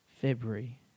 February